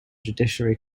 judiciary